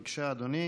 יחיא, בבקשה, אדוני,